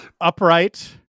upright